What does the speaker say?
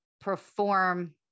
perform